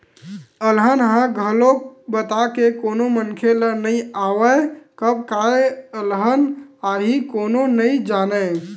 अलहन ह घलोक बता के कोनो मनखे ल नइ आवय, कब काय अलहन आही कोनो नइ जानय